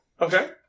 Okay